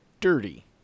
Dirty